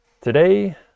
today